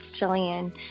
Jillian